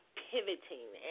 pivoting